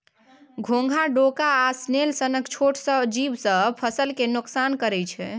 घोघा, डोका आ स्नेल सनक छोट जीब सब फसल केँ नोकसान करय छै